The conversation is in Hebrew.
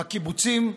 בקיבוצים,